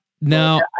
now